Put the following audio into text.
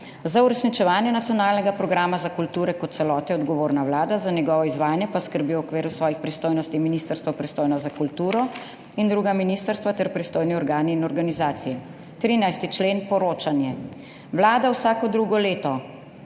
»Za uresničevanje nacionalnega programa za kulturo kot celote je odgovorna vlada, za njegovo izvajanje pa skrbijo v okviru svojih pristojnosti ministrstvo, pristojno za kulturo, in druga ministrstva ter ostali pristojni organi in organizacije.« 13. člen, poročanje: »Vlada vsako drugo leto«,